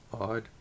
Odd